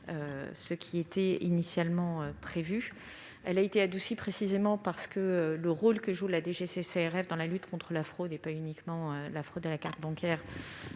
ce qui était initialement prévu, précisément parce que le rôle que joue celle-ci dans la lutte contre la fraude, et pas uniquement la fraude à la carte bancaire,